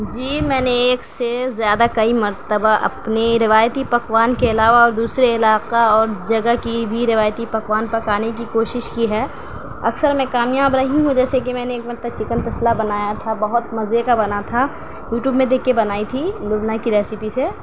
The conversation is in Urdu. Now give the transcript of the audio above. جی میں نے ایک سے زیادہ کئی مرتبہ اپنی روایتی پکوان کے علاوہ اور دوسرے علاقہ اور جگہ کی بھی روایتی پکوان پکانے کی کوشش کی ہے اکثر میں کامیاب رہی ہوں جیسے کہ میں نے ایک مرتبہ چکن تسلا بنایا تھا بہت مزے کا بنا تھا یو ٹیوب میں دیکھ کے بنائی تھی لبنیٰ کی ریسپی سے